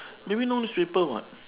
maybe no newspaper what